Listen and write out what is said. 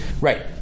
Right